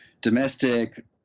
domestic